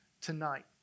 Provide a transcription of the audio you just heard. tonight